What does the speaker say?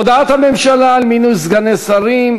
הודעת הממשלה על מינוי סגני שרים,